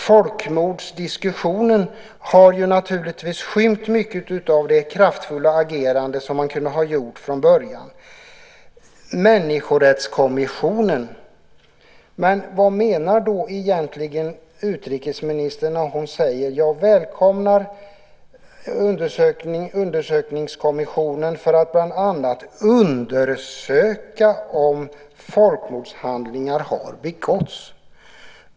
Folkmordsdiskussionen har naturligtvis skymt mycket av det kraftfulla agerande som vi kunde ha haft från början. Sedan har vi Människorättskommissionen. Vad menar egentligen utrikesministern när hon säger: "Jag välkomnar . en undersökningskommission för att bl.a. undersöka om folkmordshandlingar har begåtts"?